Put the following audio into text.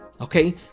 okay